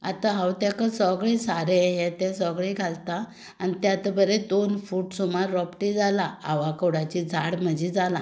आतां हांव ताका सगलें सारें हें तें सगलें घालता आनी तें आतां बरें दोन फूट सुमार रोंपटें जालां आवाकाडोचें झाड म्हजें जालां